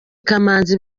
kamanzi